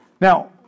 Now